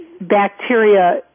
bacteria